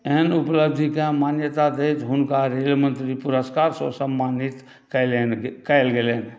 एहन उपलब्धिकेँ मान्यता दैत हुनका रेल मंत्री पुरस्कारसँ सम्मानित कएल गेलनि